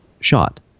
shot